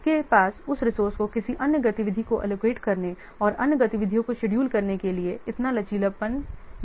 आपके पास उस रिसोर्से को किसी अन्य गतिविधि को एलोकेट करने और अन्य गतिविधियों को शेड्यूल करने के लिए इतना लचीलापन नहीं है